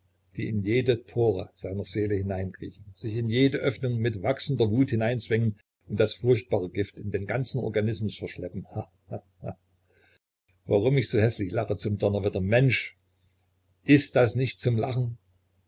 die in jede pore seiner seele hineinkriechen sich in jede öffnung mit wachsender wut hineinzwängen und das furchtbare gift in den ganzen organismus verschleppen ha ha ha warum ich so häßlich lache zum donnerwetter mensch ist das nicht zum lachen